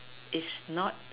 is not